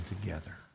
together